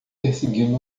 perseguindo